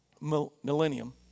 Millennium